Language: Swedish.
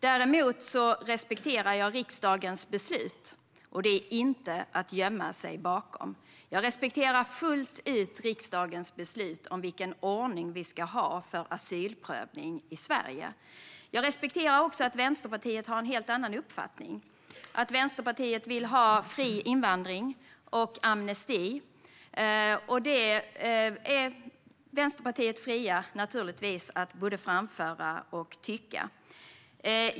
Däremot respekterar jag riksdagens beslut, och det är inte att gömma sig. Jag respekterar fullt ut riskdagens beslut om vilken ordning som vi ska ha för asylprövning i Sverige. Jag respekterar också att Vänsterpartiet har en helt annan uppfattning. Vänsterpartiet vill ju ha fri invandring och amnesti, och det är man naturligtvis fri att både framföra och tycka.